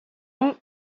hom